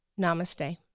Namaste